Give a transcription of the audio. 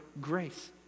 grace